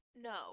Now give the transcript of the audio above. no